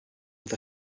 with